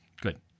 Good